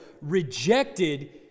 rejected